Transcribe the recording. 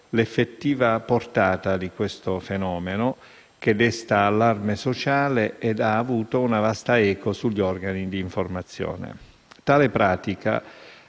l'effettiva portata di questo fenomeno, che desta allarme sociale e ha avuto una vasta eco sugli organi di informazione. Tale pratica